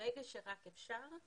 ברגע שזה יתאפשר.